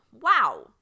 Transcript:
wow